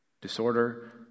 Disorder